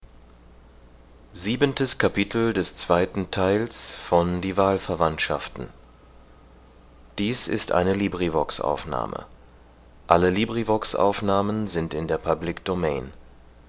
dies ist die